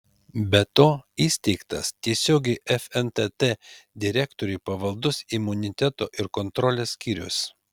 be to įsteigtas tiesiogiai fntt direktoriui pavaldus imuniteto ir kontrolės skyrius